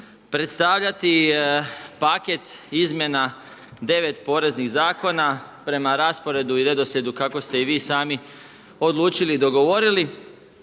predstavljati paket izmjena 9 poreznih zakona prema rasporedu i redoslijedu kako ste i vi sami odlučili i dogovorili.